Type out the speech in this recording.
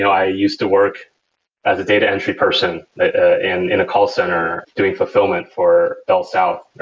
i used to work as a data entry person ah in in a call center doing fulfillment for bellsouth,